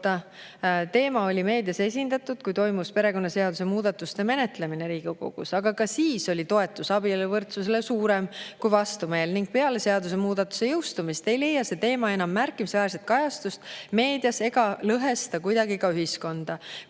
Teema oli meedias esindatud, kui toimus perekonnaseaduse muudatuste menetlemine Riigikogus, aga ka siis oli toetus abieluvõrdsusele suurem kui vastu[olek]. Peale seadusemuudatuste jõustumist ei leia see teema enam märkimisväärset kajastust meedias ega lõhesta ühiskonda